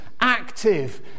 active